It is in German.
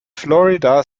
florida